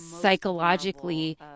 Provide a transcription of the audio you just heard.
psychologically